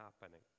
happening